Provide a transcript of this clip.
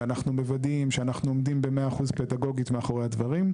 ואנחנו מוודאים שאנחנו עומדים 100% פדגוגית מאחורי הדברים,